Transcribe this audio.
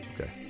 Okay